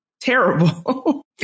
terrible